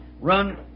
run